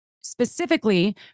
specifically